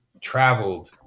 traveled